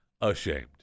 Ashamed